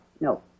No